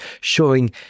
showing